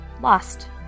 lost